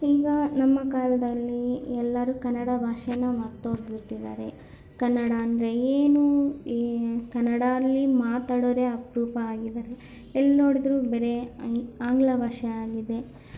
ಈಗ ನಮ್ಮ ಕಾಲದಲ್ಲಿ ಎಲ್ಲರೂ ಕನ್ನಡ ಭಾಷೇನ ಮರ್ತು ಹೋಗಿಬಿಟ್ಟಿದಾರೆ ಕನ್ನಡ ಅಂದರೆ ಏನೋ ಏ ಕನ್ನಡಾಲ್ಲಿ ಮಾತಾಡೋವ್ರೇ ಅಪರೂಪ ಆಗಿದ್ದಾರೆ ಎಲ್ಲಿ ನೋಡಿದ್ರೂ ಬರೀ ಏ ಈ ಆಂಗ್ಲ ಭಾಷೆ ಆಗಿದೆ